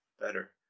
better